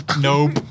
Nope